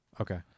Okay